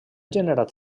generat